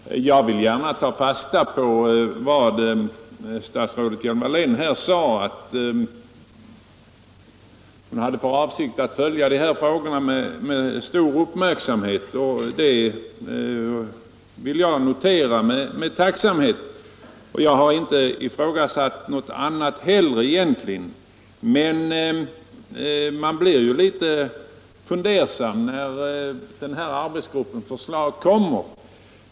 Herr talman! Jag vill gärna ta fasta på vad statsrådet Hjelm-Wallén här sade, nämligen att hon hade för avsikt att följa dessa frågor med stor uppmärksamhet. Det vill jag tacksamt notera, och jag ifrågasatte egentligen inte heller något annat. Men man blir ju lite fundersam när arbetsgruppens förslag kommer.